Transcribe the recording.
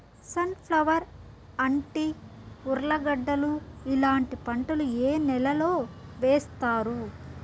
Sun flower, అంటి, ఉర్లగడ్డలు ఇలాంటి పంటలు ఏ నెలలో వేస్తారు?